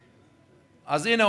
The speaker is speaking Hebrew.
אז הנה,